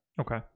Okay